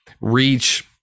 reach